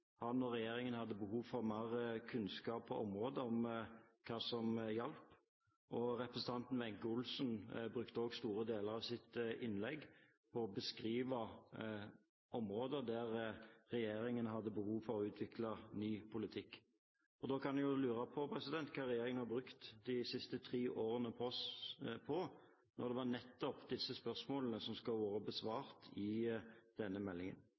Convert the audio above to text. han og regjeringen hadde behov for mer kunnskap på området om hva som gjaldt, og representanten Wenche Olsen brukte også store deler av sitt innlegg på å beskrive områder der regjeringen hadde behov for å utvikle ny politikk. Da kan en jo lure på hva regjeringen har brukt de siste tre årene på, når det var nettopp disse spørsmålene som skulle vært besvart i denne meldingen.